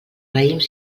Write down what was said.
raïms